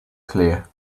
clear